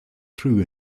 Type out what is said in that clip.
true